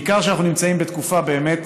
בעיקר כשאנחנו נמצאים בתקופה באמת